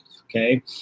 Okay